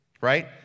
Right